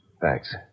Thanks